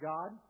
God